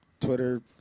Twitter